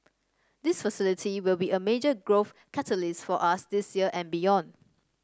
this facility will be a major growth catalyst for us this year and beyond